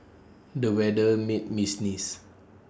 the weather made me sneeze